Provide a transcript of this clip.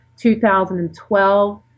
2012